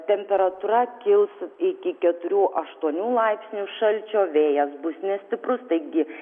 temperatūra kils iki keturių aštuonių laipsnių šalčio vėjas bus nestiprus taigi